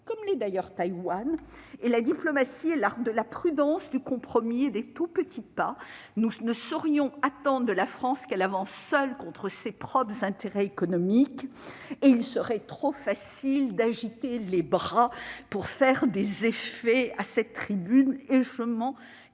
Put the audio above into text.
comme l'est d'ailleurs Taïwan. La diplomatie est l'art de la prudence, du compromis et des tout petits pas. Nous ne saurions attendre de la France qu'elle avance seule contre ses propres intérêts économiques. Il serait trop facile d'agiter les bras pour faire des effets à cette tribune, et je m'en